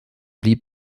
blieb